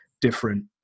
different